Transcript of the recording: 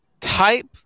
type